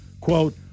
Quote